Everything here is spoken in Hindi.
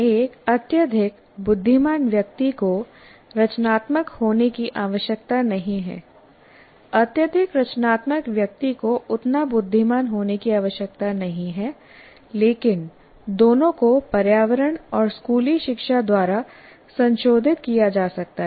एक अत्यधिक बुद्धिमान व्यक्ति को रचनात्मक होने की आवश्यकता नहीं है अत्यधिक रचनात्मक व्यक्ति को उतना बुद्धिमान होने की आवश्यकता नहीं है लेकिन दोनों को पर्यावरण और स्कूली शिक्षा द्वारा संशोधित किया जा सकता है